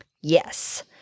Yes